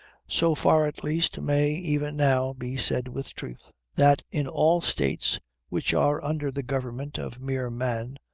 so far, at least, may even now be said with truth, that in all states which are under the government of mere man,